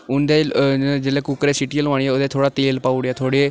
उं'दै जेल्लै कुकरै च सीटियां लुआनिय ओह्दे च थोह्ड़ा तेल पाई ओड़ेआ